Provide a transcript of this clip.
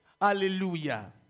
hallelujah